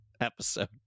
episode